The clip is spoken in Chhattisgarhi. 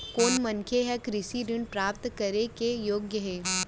कोन मनखे ह कृषि ऋण प्राप्त करे के योग्य हे?